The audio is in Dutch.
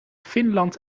finland